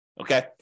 okay